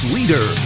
Leader